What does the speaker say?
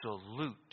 absolute